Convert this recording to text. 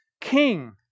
king